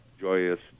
joyous